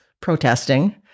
protesting